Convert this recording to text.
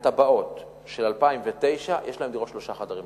מהתב"עות של 2009, יש להן דירות שלושה חדרים.